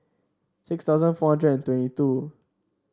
six thousand four hundred and twenty two